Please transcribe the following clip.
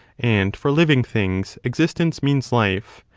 and for living things existence means life,